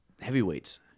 heavyweights